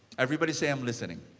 everybody say, i'm listening.